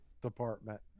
department